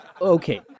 Okay